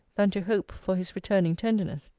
than to hope for his returning tenderness.